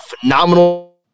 phenomenal